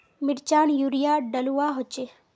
मिर्चान यूरिया डलुआ होचे?